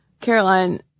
Caroline